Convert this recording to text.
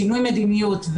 שינוי מדיניות.